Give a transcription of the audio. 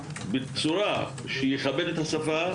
בצורה שיכבד את השפה,